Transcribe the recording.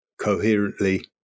coherently